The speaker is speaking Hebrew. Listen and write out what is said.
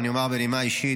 אני אומר בנימה אישית,